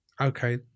okay